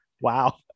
Wow